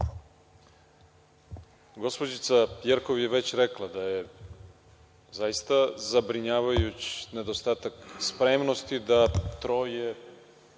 Gospođica Jerkov je već rekla da je zaista zabrinjavajući nedostatak spremnosti da troje,